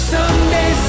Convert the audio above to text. Someday